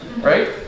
Right